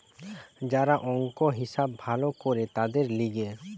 যারা অংক, হিসাব ভালো করে তাদের লিগে